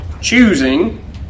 choosing